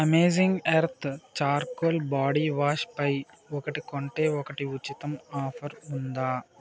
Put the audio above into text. amazing earth charcoal body వాష్పై ఒకటి కొంటే ఒకటి ఉచితం ఆఫరు ఉందా